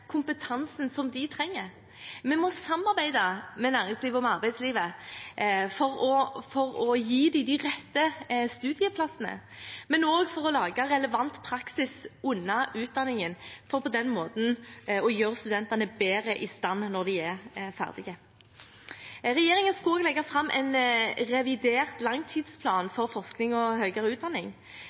kompetansen de trenger. Vi må samarbeide med næringslivet og med arbeidslivet for å gi dem de rette studieplassene, men også for å lage relevant praksis under utdanningen, for på den måten å gjøre studentene bedre i stand når de er ferdige. Regjeringen skal også legge fram en revidert langtidsplan for forskning og høyere utdanning.